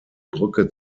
brücke